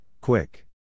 quick